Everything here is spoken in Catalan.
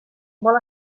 vol